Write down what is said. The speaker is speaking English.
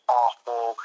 awful